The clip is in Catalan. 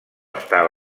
estar